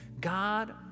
God